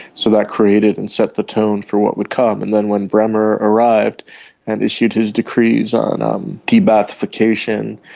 so that created and set the tone for what would come. and then when bremer arrived and issued his decrees on um de-ba'athification,